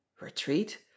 Retreat